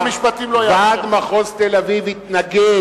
אז שר המשפטים לא יאפשר, ועד מחוז תל-אביב התנגד